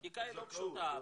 הבדיקה היא לא פשוטה,